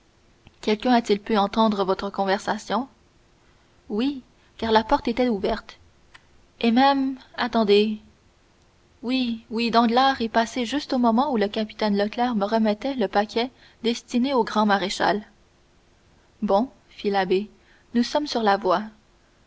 quelqu'un a-t-il pu entendre votre conversation oui car la porte était ouverte et même attendez oui oui danglars est passé juste au moment où le capitaine leclère me remettait le paquet destiné au grand maréchal bon fit l'abbé nous sommes sur la voie